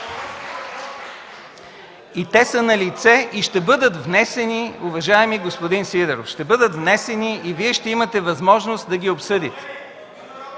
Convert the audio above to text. Те са налице и ще бъдат внесени, уважаеми господин Сидеров. Ще бъдат внесени и Вие ще имате възможност да ги обсъдите.